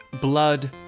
blood